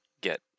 get